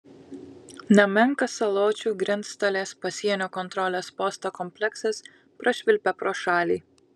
nemenkas saločių grenctalės pasienio kontrolės posto kompleksas prašvilpia pro šalį